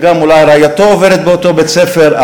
ואולי גם רעייתו עובדת באותו בית-ספר,